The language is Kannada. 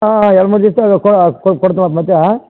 ಹಾಂ ಎರಡು ಮೂರು ದಿವ್ಸ್ದಲ್ಲಿ ಕೊಡ್ತೀವಿ